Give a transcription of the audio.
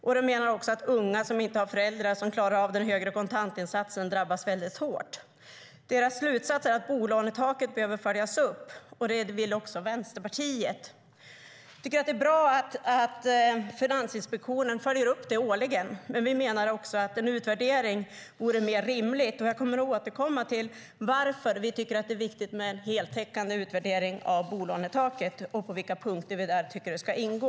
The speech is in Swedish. Man menar också att unga som inte har föräldrar som klarar av den högre kontantinsatsen drabbas väldigt hårt. Slutsatsen är att bolånetaket behöver följas upp, och det vill också Vänsterpartiet. Jag tycker att det är bra att Finansinspektionen följer upp detta årligen, men vi menar också att en utvärdering vore mer rimlig. Jag kommer att återkomma till varför vi tycker att det är viktigt med en heltäckande utvärdering av bolånetaket och på vilka punkter vi tycker att det ska ingå.